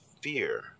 fear